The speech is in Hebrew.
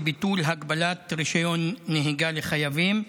ביטול הגבלת רישיון נהיגה לחייבים.